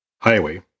highway